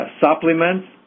supplements